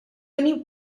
unì